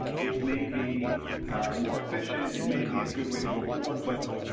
ah it may be more efficient. it may be a good way to go forward but.